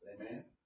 Amen